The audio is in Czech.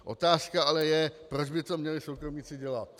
Otázka ale je, proč by to měli soukromníci dělat.